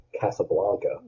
Casablanca